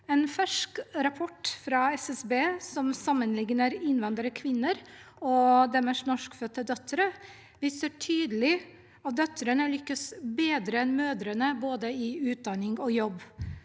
En fersk rapport fra SSB som sammenligner innvandrerkvinner og deres norskfødte døtre, viser tydelig at døtrene lykkes bedre enn mødrene, innen både utdanning og jobb.